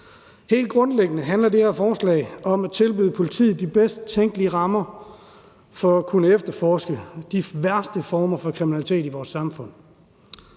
Helt grundlæggende handler det her forslag om at tilbyde politiet de bedst tænkelige rammer for at kunne efterforske de værste former for kriminalitet i vores samfund.